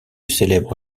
célèbre